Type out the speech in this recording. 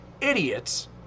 idiots